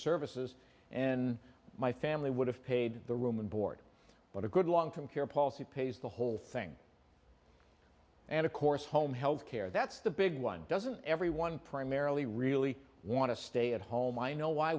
services and my family would have paid the room and board but a good long term care policy pays the whole thing and of course home health care that's the big one doesn't everyone primarily really want to stay at home i know why